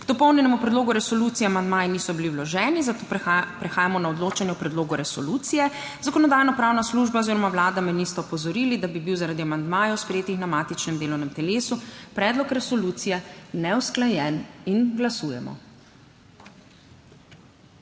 K dopolnjenemu predlogu resolucije amandmaji niso bili vloženi, zato prehajamo na odločanje o predlogu resolucije. Zakonodajno-pravna služba oziroma Vlada me nista opozorili, da bi bil zaradi amandmajev, sprejetih na matičnem delovnem telesu, predlog resolucije neusklajen. Glasujemo.